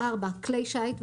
כלי שיט ואסדות,